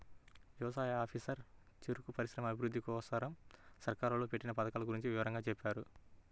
యవసాయ ఆఫీసరు గారు చెరుకు పరిశ్రమల అభిరుద్ధి కోసరం సర్కారోళ్ళు పెట్టిన పథకాల గురించి వివరంగా చెప్పారు